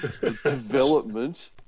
Development